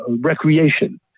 recreation